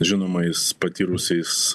žinomais patyrusiais